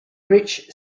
rich